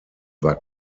war